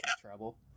trouble